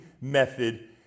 method